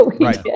right